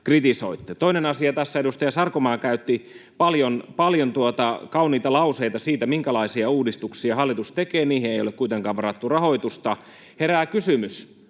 Toinen asia: Tässä edustaja Sarkomaa käytti paljon kauniita lauseita siitä, minkälaisia uudistuksia hallitus tekee. Niihin ei ole kuitenkaan varattu rahoitusta. Herää kysymys,